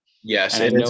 Yes